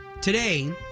Today